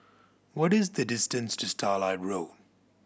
what is the distance to Starlight Road